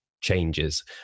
changes